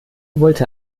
wollte